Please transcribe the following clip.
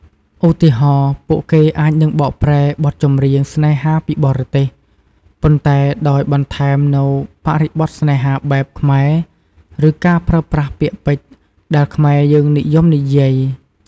ឧទាហរណ៍ ពួកគេអាចនឹងបកប្រែបទចម្រៀងស្នេហាពីបរទេស ប៉ុន្តែដោយបន្ថែមនូវបរិបទស្នេហាបែបខ្មែរ ឬការប្រើប្រាស់ពាក្យពេចន៍ដែលខ្មែរយើងនិយមនិយាយ។